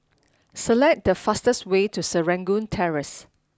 select the fastest way to Serangoon Terrace